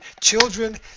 children